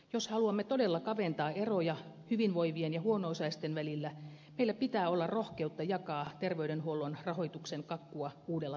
jos haluamme todella kaventaa eroja hyvinvoivien ja huono osaisten välillä meillä pitää olla rohkeutta jakaa terveydenhuollon rahoituksen kakkua uudella tavalla